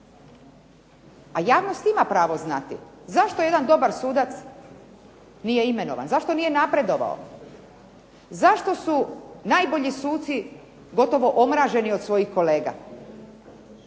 A javnost ima pravo znati zašto jedan dobar sudac nije imenovan, zašto nije napredovao, zašto su najbolji suci gotovo omraženi od svojih kolega.